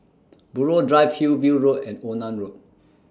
Buroh Drive Hillview Road and Onan Road